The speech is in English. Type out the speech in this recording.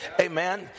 Amen